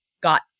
got